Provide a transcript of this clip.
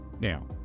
Now